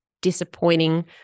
disappointing